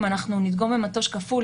אם אנחנו נדגום במטוש כפול,